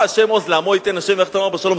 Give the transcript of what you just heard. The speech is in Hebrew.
השם עוז לעמו ייתן השם יברך את עמו בשלום,